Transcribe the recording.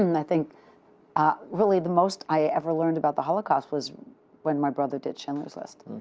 and i think ah really the most i ever learned about the holocaust was when my brother did schindler's list,